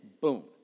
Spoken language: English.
boom